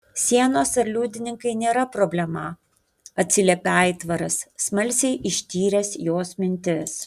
sienos ar liudininkai nėra problema atsiliepė aitvaras smalsiai ištyręs jos mintis